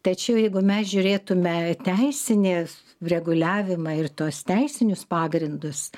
tačiau jeigu mes žiūrėtume teisinės reguliavimą ir tuos teisinius pagrindus